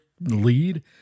lead